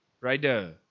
Rider